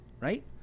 right